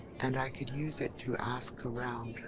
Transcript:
and i could use it to ask around.